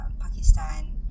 Pakistan